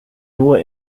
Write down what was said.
nur